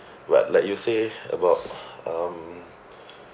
but like you say about um